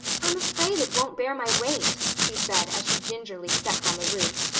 i'm afraid it won't bear my weight, she said as she gingerly stepped on the roof.